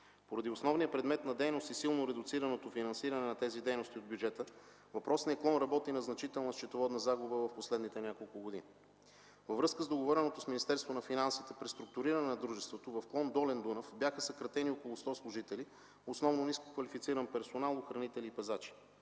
Поради основния предмет на дейност и силно редуцираното финансиране на тези дейности в бюджета въпросният клон работи на значителна счетоводна загуба през последните няколко години. Във връзка с договореното с Министерството на финансите преструктуриране на дружеството, в клон „Долен Дунав” бяха съкратени около 100 служители, основно нискоквалифициран персонал – охранители и пазачи.